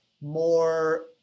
more